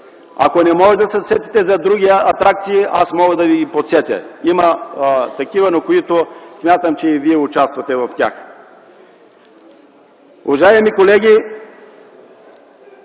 Ако не можете да се сетите за други атракции, аз мога да ви подсетя. Има такива, за които смятам, че и вие участвате в тях. Уважаеми колеги,